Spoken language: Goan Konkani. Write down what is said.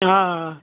हय